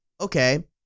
okay